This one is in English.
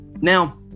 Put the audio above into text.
Now